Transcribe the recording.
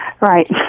Right